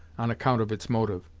on account of its motive.